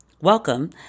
welcome